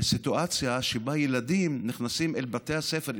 סיטואציה שבה ילדים נכנסים אל בתי הספר,